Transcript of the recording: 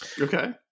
Okay